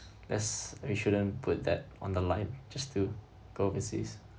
yes we shouldn't put that on the line just to go overseas